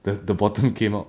the the bottom came out